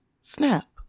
Snap